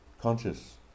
conscious